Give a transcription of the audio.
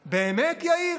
באמת, יאיר?